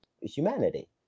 humanity